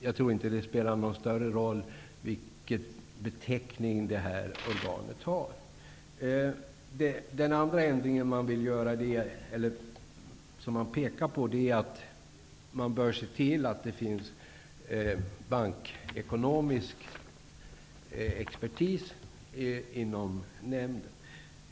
Jag tror inte att det spelar någon större roll vilken beteckning det här organet har. Den andra ändringen som Ny demokrati pekar på är att man bör se till att det finns bankekonomisk expertis inom nämnden.